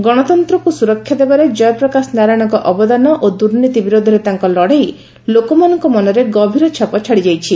ଗଣତନ୍ତ୍ରକ୍ ସ୍ୱରକ୍ଷା ଦେବାରେ ଜୟପ୍ରକାଶ ନାରାୟଣଙ୍କ ଅବଦାନ ଓ ଦୁର୍ନୀତି ବିରୋଧରେ ତାଙ୍କ ଲଢ଼େଇ ଲୋକମାନଙ୍କ ମନରେ ଗଭୀର ଛାପ ଛାଡିଯାଇଛି